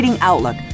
Outlook